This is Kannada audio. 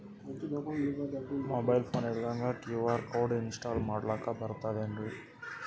ಮೊಬೈಲ್ ಫೋನ ಇಲ್ದಂಗ ಕ್ಯೂ.ಆರ್ ಕೋಡ್ ಇನ್ಸ್ಟಾಲ ಮಾಡ್ಲಕ ಬರ್ತದೇನ್ರಿ?